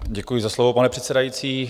Děkuji za slovo, pane předsedající.